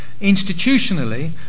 Institutionally